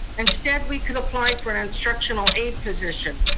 instead, we could apply for an instructional aid position.